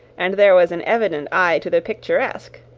and there was an evident eye to the picturesque,